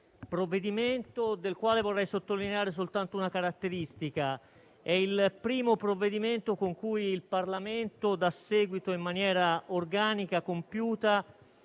provvedimento, del quale vorrei sottolineare soltanto una caratteristica: è il primo provvedimento con cui il Parlamento dà seguito in maniera organica e compiuta